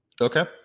Okay